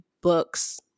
books